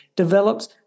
develops